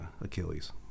Achilles